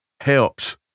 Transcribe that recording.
helps